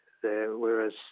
whereas